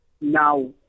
Now